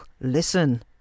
listen